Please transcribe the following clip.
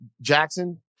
Jackson